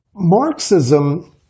Marxism